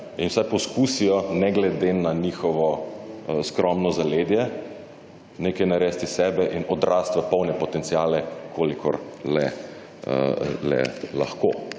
in vsaj poskusijo ne glede na njihovo skromno zaledje nekaj narediti iz sebe in odrasti v polne potenciale kolikor le lahko.